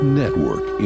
network